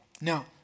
Now